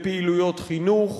לפעילויות חינוך,